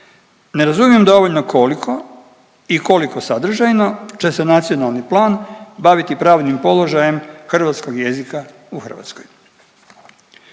Ne razumijem dovoljno koliko i koliko sadržajno će se Nacionalni plan baviti pravnim položajem hrvatskog jezika u Hrvatskoj.